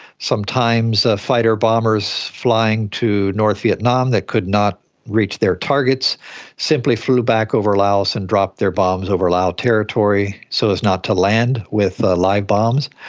sometimes ah fighter-bombers flying to north vietnam that could not reach their targets simply flew back over laos and dropped their bombs over lao territory so as not to land with ah live bombs.